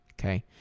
Okay